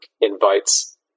invites